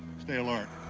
stay alert.